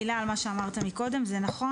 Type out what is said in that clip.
מילה על מה שאמרת קודם: זה נכון,